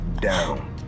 down